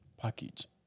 package